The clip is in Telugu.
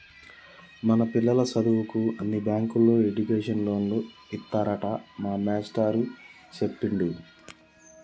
మన పిల్లల సదువుకు అన్ని బ్యాంకుల్లో ఎడ్యుకేషన్ లోన్లు ఇత్తారట మా మేస్టారు సెప్పిండు